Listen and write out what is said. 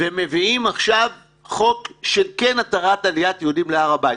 ומביאים עכשיו חוק שכן התרת עליית יהודים להר הבית.